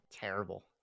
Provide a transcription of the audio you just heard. Terrible